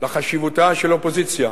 לחשיבותה של אופוזיציה,